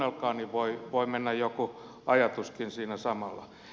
kuunnelkaa niin voi mennä joku ajatuskin siinä samalla